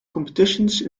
competitions